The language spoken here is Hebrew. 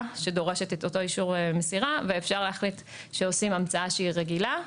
שדורשת את אותו אישור מסירה ואפשר להחליט שעושים המצאה שהיא רגילה,